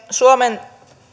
suomen